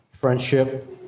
friendship